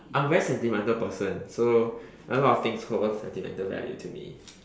I'm a very sentimental person so a lot of things hold sentimental value to me